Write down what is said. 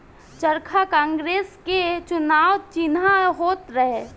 चरखा कांग्रेस के चुनाव चिन्ह होत रहे